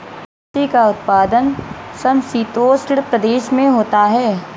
अलसी का उत्पादन समशीतोष्ण प्रदेश में होता है